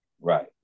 right